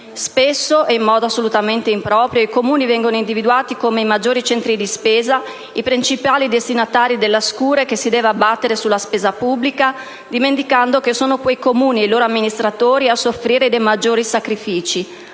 Spesso, e in modo assolutamente improprio, i Comuni vengono individuati come i maggiori centri di spesa, i principali destinatari della scure che si deve abbattere sulla spesa pubblica, dimenticando che sono quei Comuni e i loro amministratori a soffrire dei maggiori sacrifici,